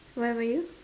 what about you